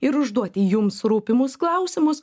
ir užduoti jums rūpimus klausimus